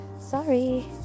Sorry